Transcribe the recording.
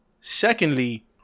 secondly